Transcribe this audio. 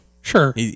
Sure